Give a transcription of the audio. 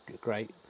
great